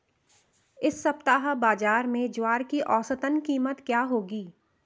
इस सप्ताह बाज़ार में ज्वार की औसतन कीमत क्या रहेगी?